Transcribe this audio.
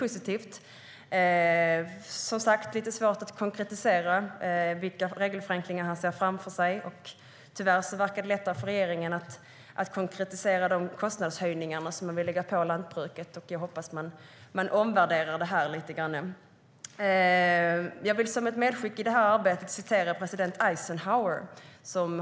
Det är, som sagt, lite svårt att konkretisera vilka regelförenklingar han ser framför sig. Tyvärr verkar det vara lättare för regeringen att konkretisera de kostnadshöjningar som de vill lägga på lantbruket. Jag hoppas att de omvärderar det lite grann. Som ett medskick i arbetet vill jag citera president Eisenhower.